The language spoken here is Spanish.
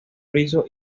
friso